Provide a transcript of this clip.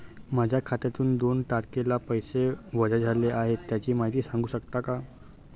माझ्या खात्यातून दोन तारखेला पैसे वजा झाले आहेत त्याची माहिती सांगू शकता का?